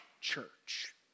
church